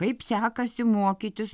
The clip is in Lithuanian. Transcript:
kaip sekasi mokytis